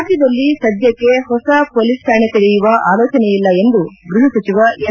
ರಾಜ್ಯದಲ್ಲಿ ಸದ್ದಕ್ಷೆ ಹೊಸ ಮೊಲೀಸ್ ಠಾಣೆ ತೆರೆಯುವ ಆಲೋಚನೆಯಿಲ್ಲ ಎಂದು ಗೃಹ ಸಚಿವ ಎಂ